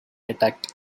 attacked